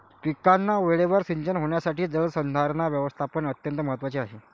पिकांना वेळेवर सिंचन होण्यासाठी जलसंसाधन व्यवस्थापन अत्यंत महत्त्वाचे आहे